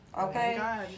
Okay